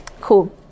cool